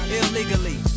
illegally